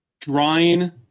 drawing